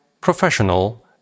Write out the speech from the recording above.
professional